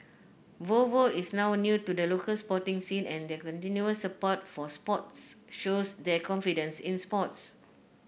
Volvo is not new to the local sporting scene and their continuous support for sports shows their confidence in sports